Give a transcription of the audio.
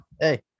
hey